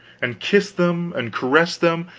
and kiss them, and caress them,